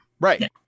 right